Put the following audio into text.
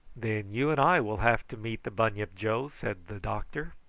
then you and i will have to meet the bunyip, joe, said the doctor.